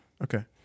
Okay